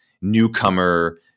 newcomer